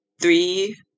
three